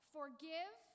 Forgive